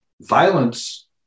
Violence